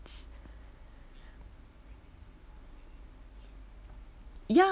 ya